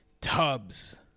tubs